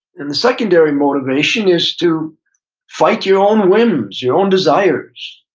and the secondary motivation is to fight your own whims, your own desires,